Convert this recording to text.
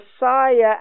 Messiah